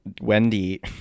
Wendy